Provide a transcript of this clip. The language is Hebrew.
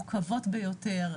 מורכבות ביותר,